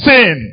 Sin